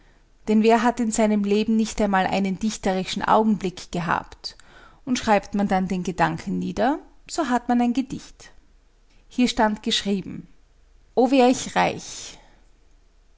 denn wer hat in seinem leben nicht einmal einen dichterischen augenblick gehabt und schreibt man dann den gedanken nieder so hat man ein gedicht hier stand geschrieben o wär ich reich